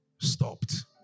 stopped